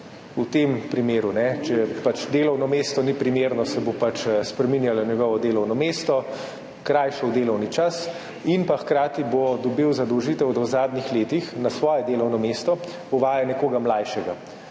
V primeru, če delovno mesto ni primerno, se bo pač spreminjalo njegovo delovno mesto, krajšal delovni čas in hkrati bo dobil zadolžitev, da v zadnjih letih na svoje delovno mesto uvaja nekoga mlajšega.